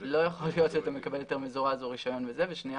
לא יכול להיות אתה מקבל היתר מזורז או רישיון ושנייה